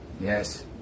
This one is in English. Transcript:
yes